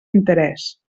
interès